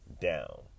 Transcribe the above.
down